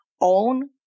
own